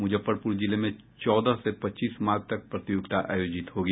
मुजफ्फरपुर जिले में चौदह से पच्चीस मार्च तक प्रतियोगिता आयोजित होगी